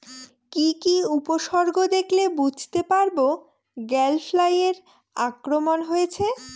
কি কি উপসর্গ দেখলে বুঝতে পারব গ্যাল ফ্লাইয়ের আক্রমণ হয়েছে?